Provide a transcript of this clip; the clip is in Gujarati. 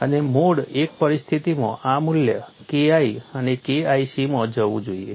અને મોડ I પરિસ્થિતિમાં આ મૂલ્ય KI એ KIC માં જવું જોઈએ